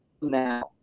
now